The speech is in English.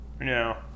No